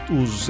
os